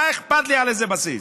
מה אכפת לי על איזה בסיס?